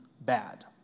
bad